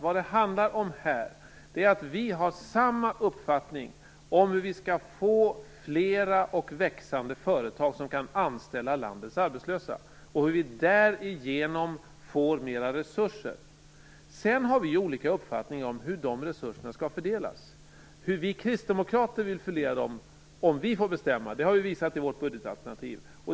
Vad det handlar om här är att vi har samma uppfattning om hur vi skall få fler och växande företag som kan anställa landets arbetslösa. Därigenom får vi mer resurser. Sedan har vi olika uppfattningar om hur de resurserna skall fördelas. Hur vi kristdemokrater vill fördela dem om vi får bestämma har vi visat i vårt budgetalternativ.